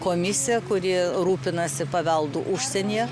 komisiją kuri rūpinasi paveldu užsienyje